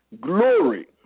Glory